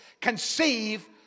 conceive